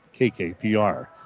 KKPR